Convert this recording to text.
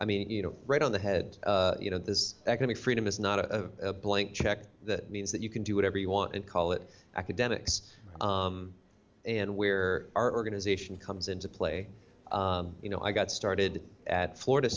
i mean you know right on the head you know this economic freedom is not a blank check that means that you can do whatever you want and call it academics and where our organization comes into play you know i got started at florida